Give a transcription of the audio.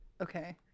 Okay